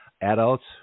adults